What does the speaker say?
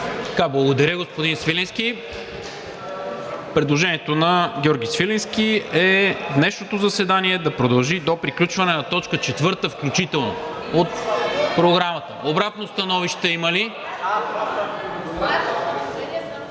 Благодаря, господин Свиленски. Предложението на Георги Свиленски е днешното заседание да продължи до приключване на точка четвърта включително от Програмата. Обратно становище има ли?